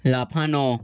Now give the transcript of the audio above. লাফানো